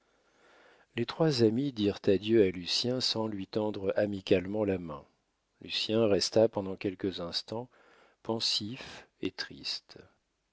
les trois amis dirent adieu à lucien sans lui tendre amicalement la main lucien resta pendant quelques instants pensif et triste